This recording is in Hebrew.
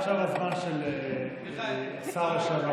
עכשיו הזמן של השר לשעבר,